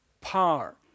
power